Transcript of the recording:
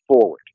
forward